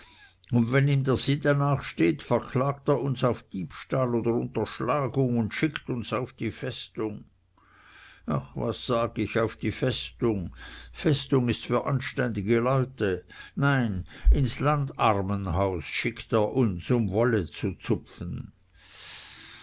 und wenn ihm der sinn danach steht verklagt er uns auf diebstahl oder unterschlagung und schickt uns auf die festung ach was sag ich auf die festung festung ist für anständige leute nein ins landarmenhaus schickt er uns um wolle zu zupfen